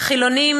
חילונים,